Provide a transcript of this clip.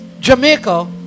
Jamaica